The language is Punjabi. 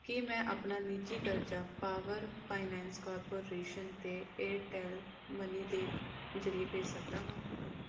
ਕੀ ਮੈਂ ਆਪਣਾ ਨਿੱਜੀ ਕਰਜ਼ਾ ਪਾਵਰ ਫਾਈਨੈਂਸ ਕਾਰਪੋਰੇਸ਼ਨ ਅਤੇ ਏਅਰਟੈੱਲ ਮਨੀ ਦੇ ਜ਼ਰੀਏ ਭਰ ਸਕਦਾ ਹਾਂ